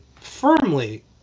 firmly